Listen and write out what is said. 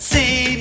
See